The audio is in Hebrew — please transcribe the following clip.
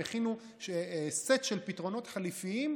הם הכינו סט של פתרונות חליפיים,